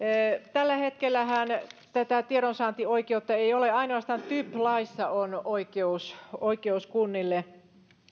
tällä hetkellähän tätä tiedonsaantioikeutta ei ole ainoastaan typ laissa on oikeus oikeus kunnille